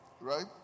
right